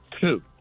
two